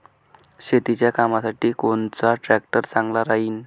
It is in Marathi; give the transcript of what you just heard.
शेतीच्या कामासाठी कोनचा ट्रॅक्टर चांगला राहीन?